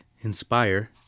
inspire